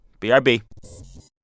BRB